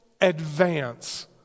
advance